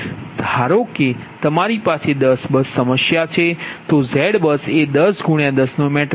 ધારેઓ કે તમારીએ પાસે 10 બસ સમસ્યા છે તો ZBUS એ 10 × 10 મેટ્રિક્સ છે